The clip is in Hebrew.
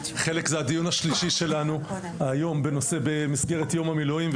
חלק זה הדיון השלישי שלנו היום בנושא במסגרת יום המילואים.